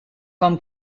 com